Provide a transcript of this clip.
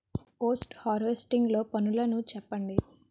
Post harvesting లో పనులను చెప్పండి?